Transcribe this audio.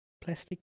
plastic